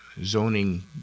zoning